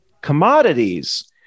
Commodities